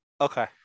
Okay